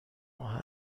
ماه